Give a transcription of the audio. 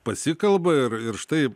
pasikalba ir ir štai